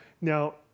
Now